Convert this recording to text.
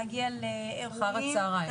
להגיע לאירועים,